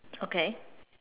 okay